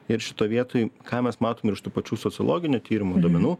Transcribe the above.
ir šitoj vietoj ką mes matom ir iš tų pačių sociologinių tyrimų duomenų